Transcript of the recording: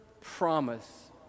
promise